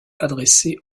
adressé